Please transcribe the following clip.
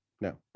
No